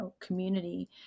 community